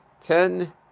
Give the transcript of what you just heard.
ten